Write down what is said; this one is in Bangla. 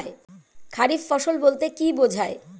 খারিফ ফসল বলতে কী বোঝায়?